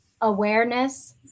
awareness